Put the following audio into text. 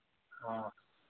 हाँ